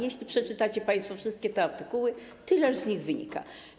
Jeśli przeczytacie państwo wszystkie te artykuły, tyleż z nich wynika.